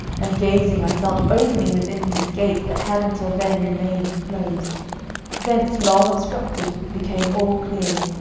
and gazing i felt opening within me gates that had until then remained closed vents long obstructed became all clear,